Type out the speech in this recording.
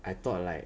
I thought like